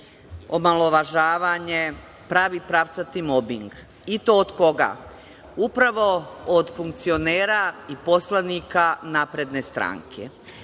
omalovažavanje, pravi pravcati mobing. I, to od koga? Upravo od funkcionera i poslanika napredne stranke.